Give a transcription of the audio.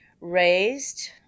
raised